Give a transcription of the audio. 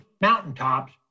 mountaintops